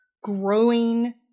growing